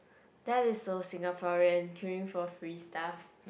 that is so Singaporean queuing for free stuff